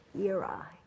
era